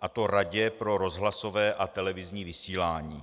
a to Radě pro rozhlasové a televizní vysílání.